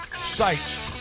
sites